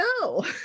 No